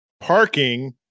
Parking